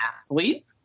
athlete